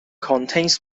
contains